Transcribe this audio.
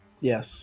Yes